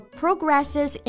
progresses